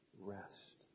Rest